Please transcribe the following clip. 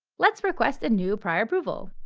let's request a new prior approval!